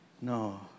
No